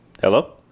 hello